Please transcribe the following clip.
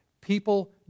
people